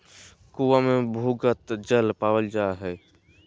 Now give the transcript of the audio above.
कुआँ मे भूमिगत जल पावल जा हय